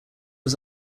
was